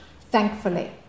thankfully